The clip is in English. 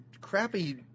crappy